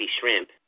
shrimp